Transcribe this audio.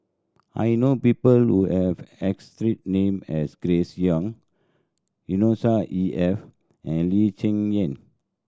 I know people who have name as Grace Young Yusnor E F and Lee Cheng Yan